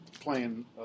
playing